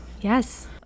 yes